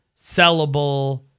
sellable